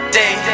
day